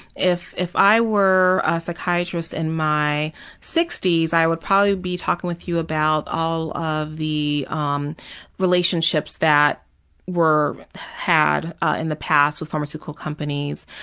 if if i were a psychiatrist in my sixty s, i would probably be talking with you about all of the um relationships that were had ah in the past with pharmaceutical companies,